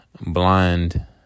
blind